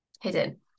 hidden